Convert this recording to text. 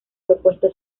propuesto